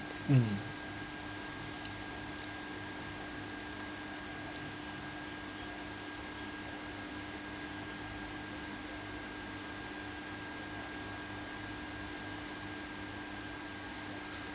mm